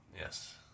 Yes